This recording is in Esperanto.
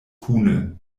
kune